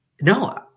No